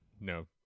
No